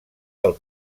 del